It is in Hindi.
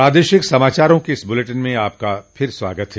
प्रादेशिक समाचारों के इस बुलेटिन में आपका फिर से स्वागत है